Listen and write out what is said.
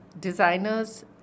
designers